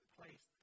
place